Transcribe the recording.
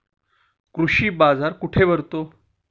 कृषी बाजार कुठे भरतो?